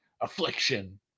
Affliction